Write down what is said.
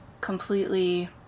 completely